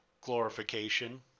glorification